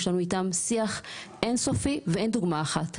יש לנו איתם שיח אינסופי, ואין דוגמה אחת.